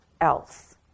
else